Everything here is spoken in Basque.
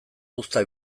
uzta